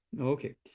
okay